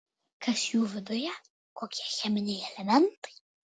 kas jų viduje kokie cheminiai elementai